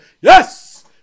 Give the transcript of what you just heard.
Yes